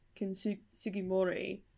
Kinsugimori